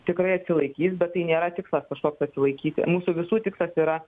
tikrai atsilaikys bet tai nėra tikslas kažkoks atsilaikyti mūsų visų tikslas yra